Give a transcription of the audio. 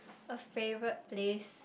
a favourite place